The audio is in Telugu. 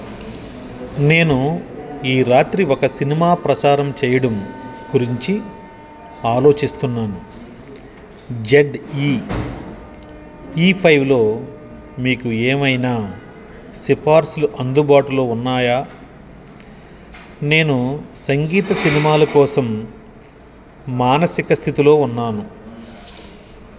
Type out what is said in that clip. నేనూ ఈ రాత్రి ఒక సినిమా ప్రసారం చెయ్యడం గురించి ఆలోచిస్తున్నాను జడ్ఈ ఈ ఫైవ్లో మీకు ఏవైనా సిఫార్సులు అందుబాటులో ఉన్నాయా నేను సంగీత సినిమాల కోసం మానసిక స్థితిలో ఉన్నాను